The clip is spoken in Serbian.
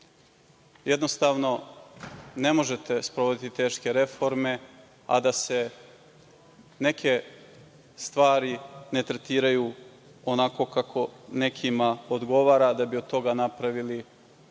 Jednostavno ne možete sprovoditi teške reforme, a da se neke stvari ne tretiraju onako kako nekima odgovara, da bi od toga napravili neku